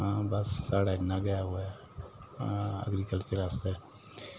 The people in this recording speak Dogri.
बस साढ़ा इ'न्ना गै ओह् ऐ एग्रीकल्चर आस्तै